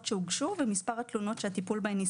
שהוגשו ומספר התלונות שהטיפול בהן הסתיים.